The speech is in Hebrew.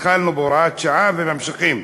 התחלנו בהוראת שעה וממשיכים,